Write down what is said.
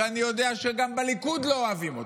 ואני יודע שגם בליכוד לא אוהבים אותו,